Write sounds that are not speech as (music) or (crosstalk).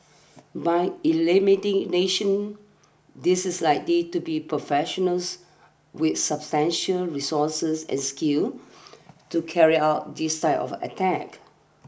by (unintelligible) this is likely to be professionals with substantial resources and skill to carry out this type of attack